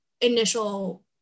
initial